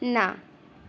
ના